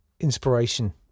inspiration